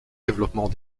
développement